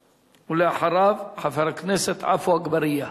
ולאחריו, חבר הכנסת עפו אגבאריה.